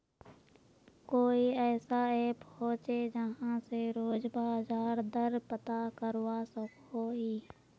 कोई ऐसा ऐप होचे जहा से रोज बाजार दर पता करवा सकोहो ही?